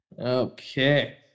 Okay